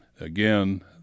again